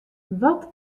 wat